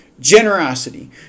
generosity